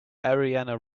ariane